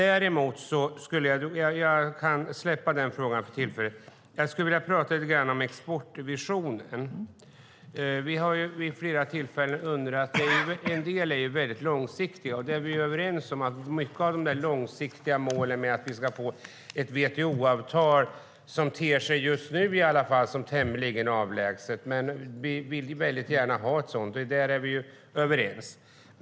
Jag kan släppa den frågan för tillfället och i stället prata lite grann om exportvisionen. Vi har vid flera tillfällen undrat över målen. En del mål är väldigt långsiktiga. Många av de långsiktiga målen, till exempel att få ett WTO-avtal, vilket just nu ter sig som tämligen avlägset, är vi överens om. Ett sådant vill vi väldigt gärna ha.